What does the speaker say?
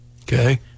okay